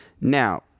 Now